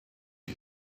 you